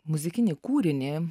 muzikinį kūrinį